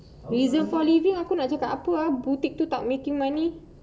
reason for living tu boutique tak making money